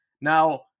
Now